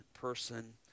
person